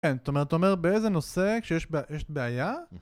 כן, אתה אומר באיזה נושא כשיש בעיה?